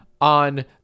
on